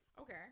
Okay